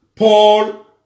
Paul